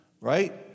right